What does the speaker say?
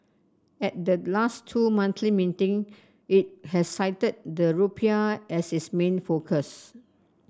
at the last two monthly meeting it has cited the rupiah as its main focus